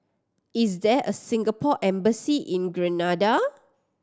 is there a Singapore Embassy in Grenada